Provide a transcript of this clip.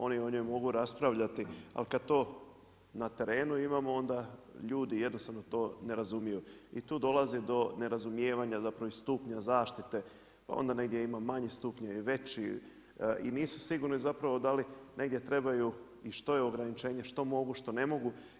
Oni o njoj mogu raspravljati ali kada to na terenu imamo onda ljudi jednostavno to ne razumiju i tu dolazi do nerazumijevanja, zapravo i stupnja zaštite pa onda negdje ima manji stupanj i veći i nisu sigurni zapravo da li negdje trebaju i što je ograničenje, što mogu, što ne mogu.